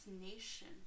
Nation